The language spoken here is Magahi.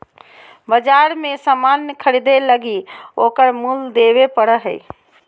बाजार मे सामान ख़रीदे लगी ओकर मूल्य देबे पड़ो हय